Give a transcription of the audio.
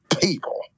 people